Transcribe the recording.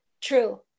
true